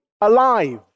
alive